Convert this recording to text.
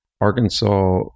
Arkansas